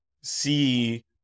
see